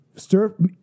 Stir